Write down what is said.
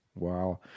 Wow